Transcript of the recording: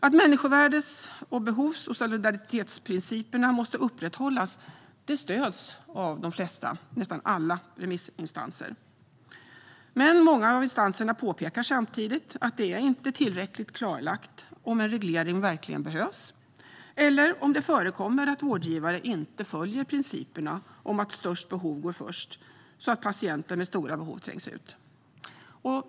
Att människovärdes-, behovs och solidaritetsprinciperna måste upprätthållas stöds av de flesta, nästan alla, remissinstanser. Men många av instanserna påpekar samtidigt att det inte är tillräckligt klarlagt om en reglering verkligen behövs eller om det förekommer att vårdgivare inte följer principerna om att störst behov går först så att patienter med stora behov trängs ut.